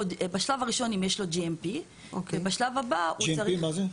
בשלב הראשון אם יש לו GMP. GMP, מה זה?